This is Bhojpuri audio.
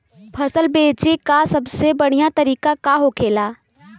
फसल बेचे का सबसे बढ़ियां तरीका का होखेला?